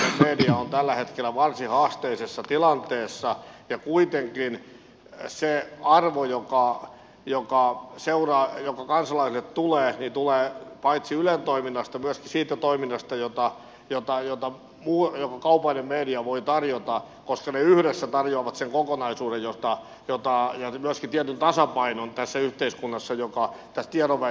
me tiedämme että kaupallinen media on tällä hetkellä varsin haasteellisessa tilanteessa ja kuitenkin se arvo joka kansalaisille tulee tulee paitsi ylen toiminnasta myöskin siitä toiminnasta jota kaupallinen media voi tarjota koska ne yhdessä tarjoavat sen kokonaisuuden ja myöskin tietyn tasapainon tässä yhteiskunnassa joka tiedonvälityksen osalta on